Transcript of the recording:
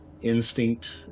instinct